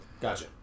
Gotcha